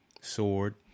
sword